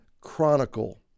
chronicle